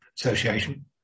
association